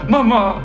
Mama